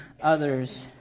others